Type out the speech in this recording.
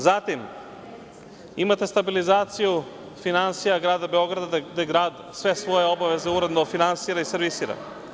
Zatim, imate stabilizaciju finansija Grada Beograda, gde Grad sve svoje obaveze uredno finansira i servisira.